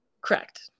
Correct